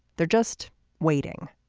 they're just waiting